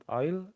oil